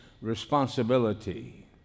responsibility